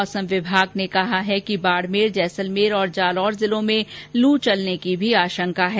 मौसम विभाग ने कहा है कि बाडमेर जैसलमेर और जालोर जिलों में लू चलने की आशंका है